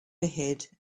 ahead